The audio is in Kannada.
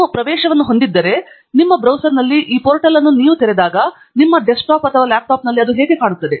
ನೀವು ಪ್ರವೇಶವನ್ನು ಹೊಂದಿದ್ದರೆ ನಿಮ್ಮ ಬ್ರೌಸರ್ನಲ್ಲಿ ಈ ಪೋರ್ಟಲ್ ಅನ್ನು ನೀವು ತೆರೆದಾಗ ನಿಮ್ಮ ಡೆಸ್ಕ್ಟಾಪ್ನಲ್ಲಿ ಅದು ಹೇಗೆ ಕಾಣುತ್ತದೆ